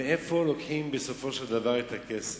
מאיפה לוקחים בסופו של דבר את הכסף.